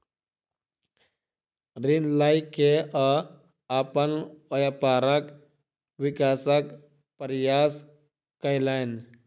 ऋण लय के ओ अपन व्यापारक विकासक प्रयास कयलैन